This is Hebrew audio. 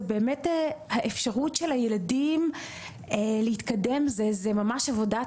זה באמת האפשרות של הילדים להתקדם זה ממש עבודת,